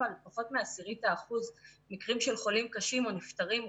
על פחות מ-0.1% מקרים של חולים קשים או נפטרים,